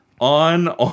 on